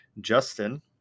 Justin